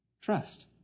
Trust